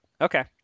Okay